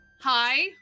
hi